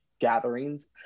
gatherings